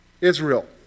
Israel